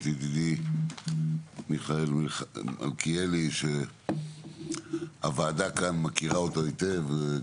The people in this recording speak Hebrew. ידידי מיכאל מלכיאלי שהוועדה כאן מכירה אותו היטב,